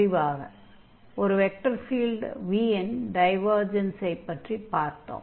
முடிவாக ஒரு vector field v இன் டைவர்ஜன்ஸை பற்றிப் பார்த்தோம்